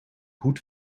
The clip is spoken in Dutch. goed